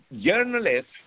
Journalists